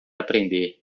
aprender